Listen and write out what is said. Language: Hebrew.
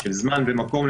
של זמן ומקום,